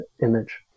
image